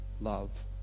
love